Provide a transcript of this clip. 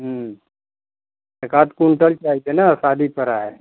एकाध क्विंटल चाहिए ना शादी पड़ा है